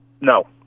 No